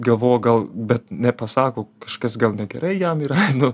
galvoja gal bet nepasako kažkas gal negerai jam nu